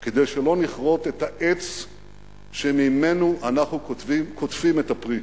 כדי שלא נכרות את העץ שממנו אנחנו קוטפים את הפרי.